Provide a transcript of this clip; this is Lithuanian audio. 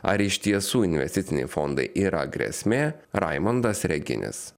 ar iš tiesų investiciniai fondai yra grėsmė raimondas reginis